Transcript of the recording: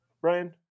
brian